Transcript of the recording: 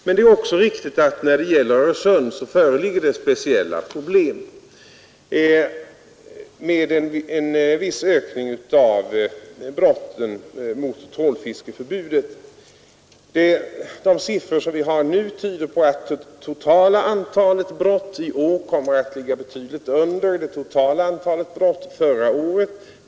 Men det är ett riktigt påstående att det beträffande Öresund föreligger speciella problem med en viss ökning av antalet överträdelser mot trålfiskeförbudet. De aktuella siffrorna tyder på att totala antalet brott i år kommer att ligga betydligt under det totala antalet brott förra året.